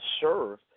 serve